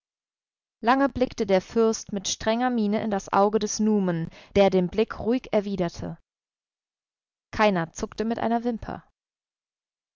lange blickte der fürst mit strenger miene in das auge des numen der den blick ruhig erwiderte keiner zuckte mit einer wimper